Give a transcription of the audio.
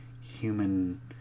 human